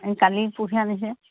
এই কালি পৰহি নিছে